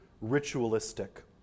ritualistic